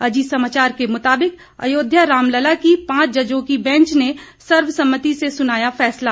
अजीत समाचार के मुताबिक अयोध्या रामलला की पांच जजों की बैंच ने सर्वसम्मति से सुनाया फैसला